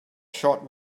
short